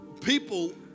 people